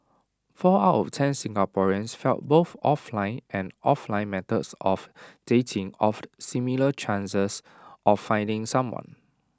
four out of ten Singaporeans felt both offline and offline methods of dating offered similar chances of finding someone